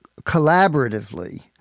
collaboratively